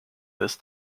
this